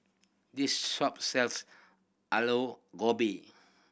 this shop sells Aloo Gobi